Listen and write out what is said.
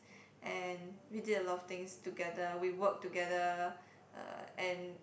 and we did a lot of things together we worked together uh and